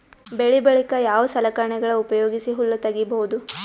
ಬೆಳಿ ಬಳಿಕ ಯಾವ ಸಲಕರಣೆಗಳ ಉಪಯೋಗಿಸಿ ಹುಲ್ಲ ತಗಿಬಹುದು?